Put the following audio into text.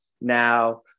now